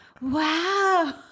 wow